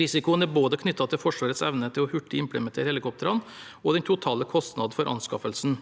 Risikoen er både knyttet til Forsvarets evne til hurtig å implementere helikoptrene og til den totale kostnaden for anskaffelsen.